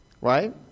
Right